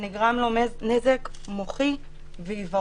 ונגרם לו נזק מוחי ועיוורון.